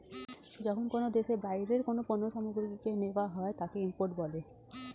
যখন কোনো দেশে বাইরের কোনো পণ্য সামগ্রীকে নেওয়া হয় তাকে ইম্পোর্ট বলে